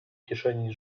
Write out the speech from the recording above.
kieszeni